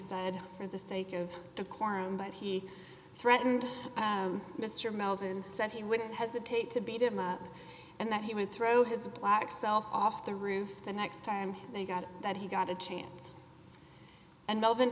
said for the sake of decorum but he threatened mr meldon said he wouldn't hesitate to beat him up and that he would throw his black self off the roof the next time they got that he got a chance and